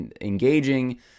engaging